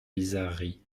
bizarreries